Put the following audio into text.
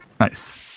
Nice